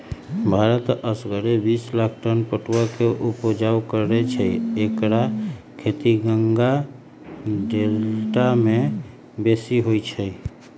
भारत असगरे बिस लाख टन पटुआ के ऊपजा करै छै एकर खेती गंगा डेल्टा में बेशी होइ छइ